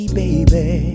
baby